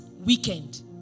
weekend